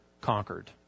conquered